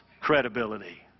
credibility